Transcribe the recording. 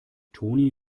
toni